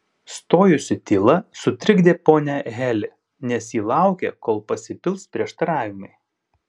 stojusi tyla sutrikdė ponią heli nes ji laukė kol pasipils prieštaravimai